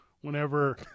Whenever